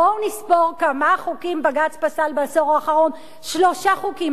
בואו נספור כמה חוקים בג"ץ פסל בעשור האחרון: שלושה חוקים.